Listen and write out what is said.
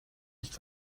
nicht